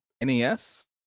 NES